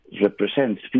represents